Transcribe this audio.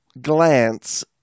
glance